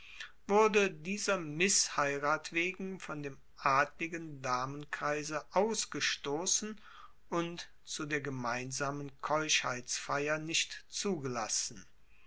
wurde dieser missheirat wegen von dem adligen damenkreise ausgestossen und zu der gemeinsamen keuschheitsfeier nicht zugelassen